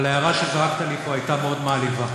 אבל ההערה שזרקת לי פה הייתה מאוד מעליבה.